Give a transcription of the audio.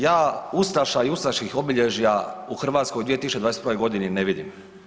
Ja ustaša i ustaških obilježja u Hrvatskoj u 2021. g. ne vidim.